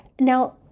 now